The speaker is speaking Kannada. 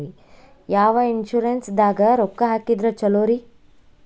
ಯಾವ ಇನ್ಶೂರೆನ್ಸ್ ದಾಗ ರೊಕ್ಕ ಹಾಕಿದ್ರ ಛಲೋರಿ?